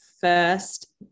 first